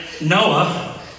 Noah